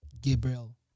Gabriel